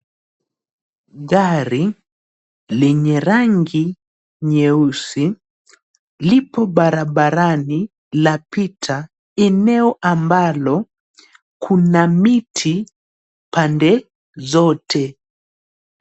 Gari lenye rangi nyeusi, lipo barabarani lapita eneo ambalo kuna miti pande zote.